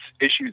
issues